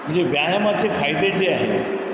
म्हणजे व्यायामाचे फायदे जे आहेत